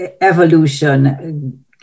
evolution